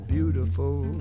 Beautiful